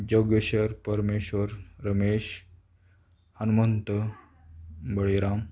Jogeshwar Parmeshwar Ramesh Hanumant Baliram